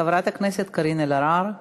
חברת הכנסת קארין אלהרר.